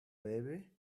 baby